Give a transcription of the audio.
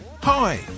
Hi